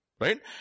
Right